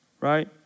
right